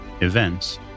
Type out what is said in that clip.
events